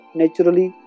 naturally